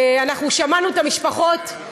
אנחנו שמענו את המשפחות,